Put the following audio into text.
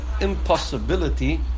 impossibility